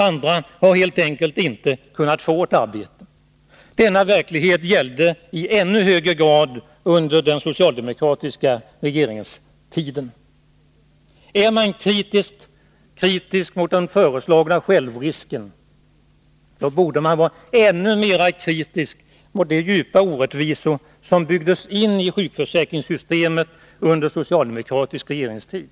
Andra har helt enkelt inte kunnat få ett arbete. Denna verklighet gällde i ännu högre grad under den socialdemokratiska regeringstiden. Är man kritisk mot den föreslagna självrisken, bör man vara ännu mer kritisk mot de djupa orättvisor som byggdes in i sjukförsäkringssystemet under socialdemokratisk regeringstid.